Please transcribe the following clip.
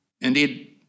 Indeed